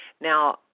Now